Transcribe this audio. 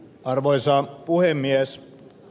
arvoisa puhemies